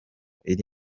iri